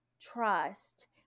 trust